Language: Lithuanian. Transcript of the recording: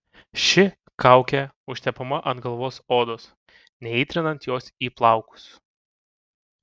ši kaukė užtepama ant galvos odos neįtrinant jos į plaukus